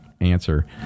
answer